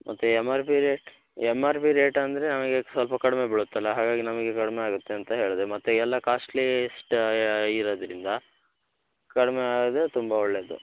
ಮತ್ತು M R P rate M R P rate ಅಂದರೆ ನಮಗೆ ಸ್ವಲ್ಪ ಕಡಿಮೆ ಬೀಳುತ್ತಲ್ವ ಹಾಗಾಗಿ ನಮಗೆ ಕಡಿಮೆ ಆಗುತ್ತೆ ಅಂತ ಹೇಳಿದೆ ಮತ್ತು ಎಲ್ಲ ಕಾಸ್ಟ್ಲಿಯೆಸ್ಟ್ ಆಗಿರೋದ್ರಿಂದ ಕಡಿಮೆ ಆದರೆ ತುಂಬ ಒಳ್ಳೆಯದು